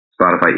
Spotify